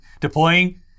deploying